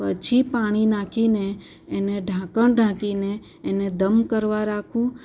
પછી પાણી નાખીને એને ઢાંકણ ઢાંકીને એને દમ કરવા રાખું